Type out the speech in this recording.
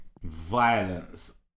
Violence